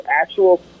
actual